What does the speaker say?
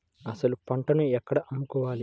అసలు పంటను ఎక్కడ అమ్ముకోవాలి?